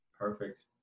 Perfect